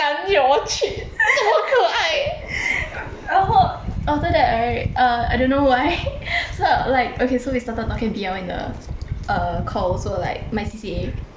这么可爱然后 after that right err I don't know why so like okay so we started talking B_L in the err call also like my C_C_A